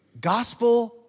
Gospel